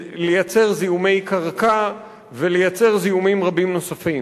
לייצר זיהומי קרקע ולייצר זיהומים רבים נוספים.